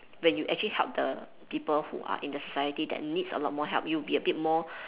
when you actually help the people who are in the society that needs a lot more help you would be a bit more